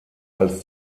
als